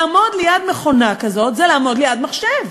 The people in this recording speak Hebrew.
לעמוד ליד מכונה כזאת זה לעמוד ליד מחשב,